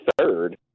third